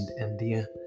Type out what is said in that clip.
India